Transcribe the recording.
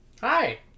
Hi